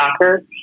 soccer